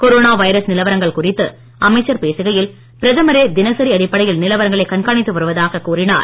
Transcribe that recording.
corona virus நிலவரங்கள் குறித்து அமைச்சர் பேசுகையில்பிரதமரே தினசரி அடிப்படையில் நிலவரங்களை கண்காணித்து வருவதாக கூறினார்